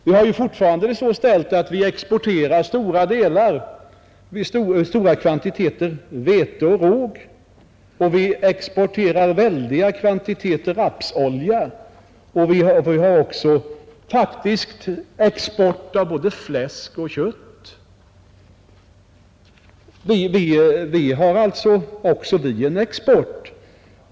Vi har ju fortfarande det så ställt att vi exporterar stora kvantiteter vete och råg, och vi exporterar väldiga kvantiteter rapsolja. Vi exporterar faktiskt också både fläsk och kött. Vi har alltså också vi en export.